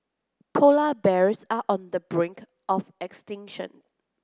polar bears are on the brink of extinction